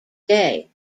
day